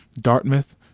dartmouth